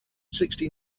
sixty